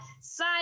side